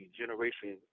generation